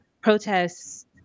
protests